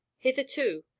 hitherto,